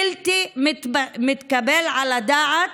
בלתי מתקבל על הדעת